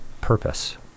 purpose